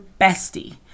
bestie